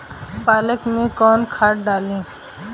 पालक में कौन खाद डाली?